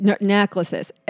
necklaces